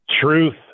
Truth